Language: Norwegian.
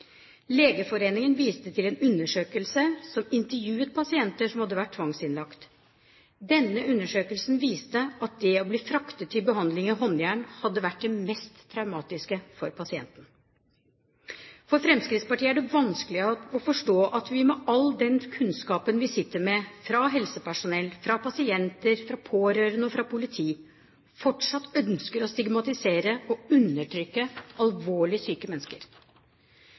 Legeforeningen viste til en undersøkelse som intervjuet pasienter som hadde vært tvangsinnlagt. Denne undersøkelsen viste at det å bli fraktet til behandling i håndjern hadde vært det mest traumatiske for pasienten. For Fremskrittspartiet er det vanskelig å forstå at vi med all den kunnskapen vi sitter med fra helsepersonell, fra pasienter, fra pårørende og fra politi, fortsatt ønsker å stigmatisere og undertrykke alvorlig syke mennesker.